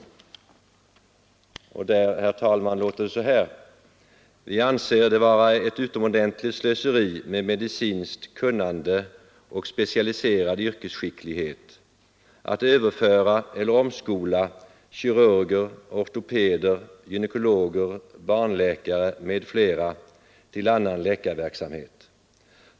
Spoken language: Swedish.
Där låter det, herr talman, på följande sätt: ”Vi anser det vara ett utomordentligt slöseri med medicinskt kunnande och specialiserad yrkesskicklighet att överföra eller omskola kirurger, ortopeder, gynekologer, barnläkare m.fl. till annan läkarverksamhet.